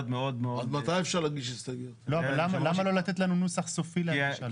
למה לא לתת לנו נוסח סופי למשל?